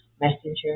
messenger